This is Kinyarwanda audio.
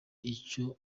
icyo